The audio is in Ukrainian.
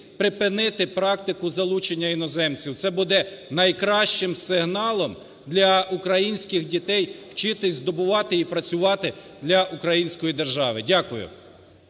припинити практику залучення іноземців. Це буде найкращим сигналом для українських дітей вчитись і здобувати, і працювати для української держави. Дякую.